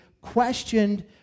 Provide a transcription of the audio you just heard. questioned